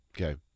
Okay